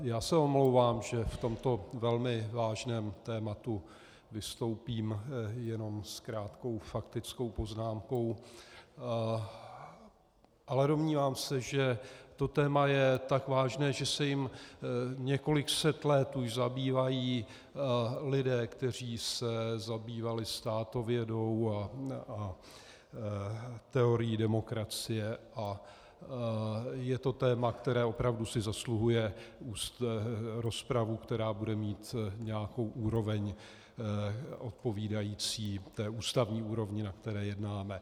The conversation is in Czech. Já se omlouvám, že v tomto velmi vážném tématu vystoupím jenom s krátkou faktickou poznámkou, ale domnívám se, že to téma je tak vážné, že se jím několik set let už zabývají lidé, kteří se zabývali státovědou a teorií demokracie, je to téma, které opravdu si zasluhuje rozpravu, která bude mít nějakou úroveň odpovídající té ústavní úrovni, na které jednáme.